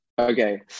Okay